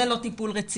זה לא טיפול רציני,